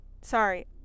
sorry